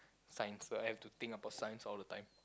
science so I've to think about science all the time